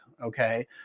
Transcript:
okay